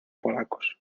polacos